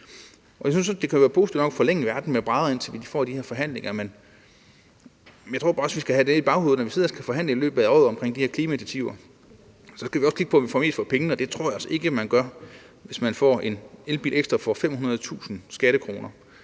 det kan være positivt nok at forlænge verden med brædder, indtil vi får de her forhandlinger, men jeg tror bare også, vi skal have i baghovedet, når vi sidder og skal forhandle i løbet af året omkring de her klimainitiativer, at vi så skal kigge på, at vi får mest for pengene, og det tror jeg altså ikke man gør, hvis man får en elbil ekstra for 500.000 skattekroner.